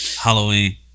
Halloween